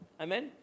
Amen